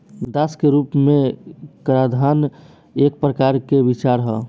दास के रूप में कराधान एक प्रकार के विचार ह